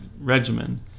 regimen